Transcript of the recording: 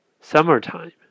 summertime